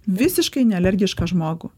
visiškai nealergišką žmogų